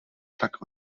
tak